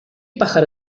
pájaro